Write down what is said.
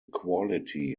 quality